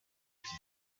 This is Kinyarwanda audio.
iki